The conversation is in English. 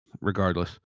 regardless